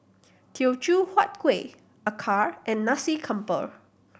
Teochew Huat Kueh acar and Nasi Campur